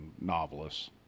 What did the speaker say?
novelists